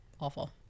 awful